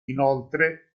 inoltre